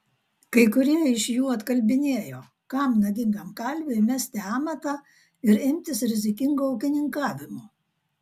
kai kurie iš jų atkalbinėjo kam nagingam kalviui mesti amatą ir imtis rizikingo ūkininkavimo